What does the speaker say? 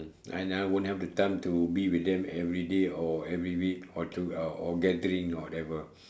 and I won't have the time to be with them everyday or every week or to or or gathering or whatever